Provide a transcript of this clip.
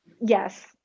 yes